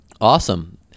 Awesome